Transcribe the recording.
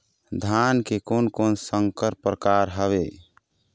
धान के कोन कोन संकर परकार हावे?